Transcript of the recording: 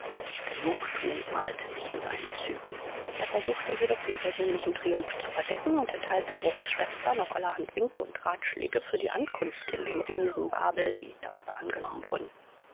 genugtuung malte sich in seinen zügen er versuchte jedoch den persönlichen triumph zu verdecken und erteilte bruchs schwester noch allerhand winke und ratschläge für die ankunft in dem riesenbabel die dankbar angenommen wurden